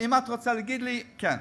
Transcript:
אם את רוצה להגיד לי, כן.